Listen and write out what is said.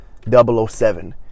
007